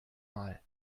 mal